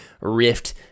rift